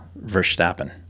Verstappen